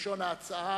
כלשון ההצעה,